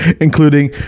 including